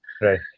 right